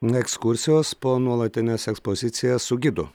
ekskursijos po nuolatines ekspozicijas su gidu